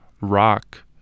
Rock